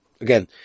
again